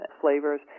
flavors